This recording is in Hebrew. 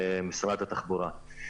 משרד התחבורה.